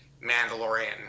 Mandalorian